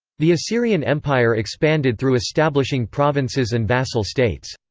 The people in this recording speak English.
the assyrian empire expanded through establishing provinces and vassal states.